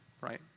right